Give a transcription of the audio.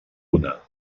una